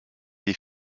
des